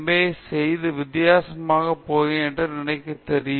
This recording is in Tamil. ஏ செய்து வித்தியாசமாக போகிறேன் என்று எனக்கு தெரியும்